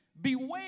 Beware